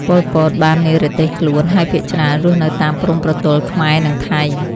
ប៉ុល ពត បាននិរទេសខ្លួន ហើយភាគច្រើនរស់នៅតាមព្រំប្រទល់ខ្មែរ-ថៃ។